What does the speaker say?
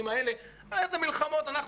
האלה אבל בתוך הקטלוגים האלה איזה מלחמות אנחנו